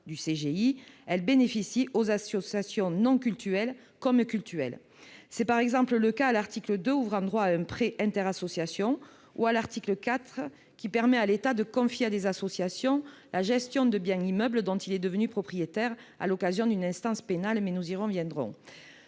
200, elle bénéficie aux associations non cultuelles comme cultuelles. C'est par exemple le cas de l'article 2, qui ouvre le droit à un prêt inter-associations, ou de l'article 4, qui permet à l'État de confier à des associations la gestion de biens immeubles dont il est devenu propriétaire à l'occasion d'une instance pénale. Cet amendement